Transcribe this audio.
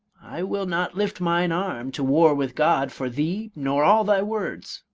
i will not lift mine arm to war with god for thee nor all thy words.